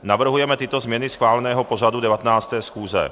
Navrhujeme tyto změny schváleného pořadu 19. schůze: